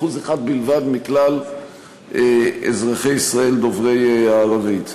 1% בלבד מכלל אזרחי ישראל דוברי הערבית.